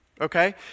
okay